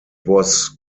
was